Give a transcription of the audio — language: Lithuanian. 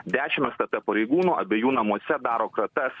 dešim stt pareigūnų abiejų namuose daro kratas